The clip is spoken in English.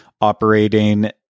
operating